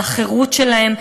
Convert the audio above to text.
על החירות שלהם,